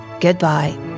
goodbye